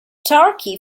turkey